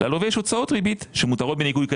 וללווה יש הוצאות ריבית שמותרות בניכוי,